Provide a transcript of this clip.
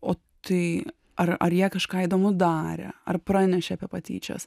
o tai ar ar jie kažką įdomu darė ar pranešė apie patyčias